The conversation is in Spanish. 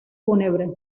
fúnebre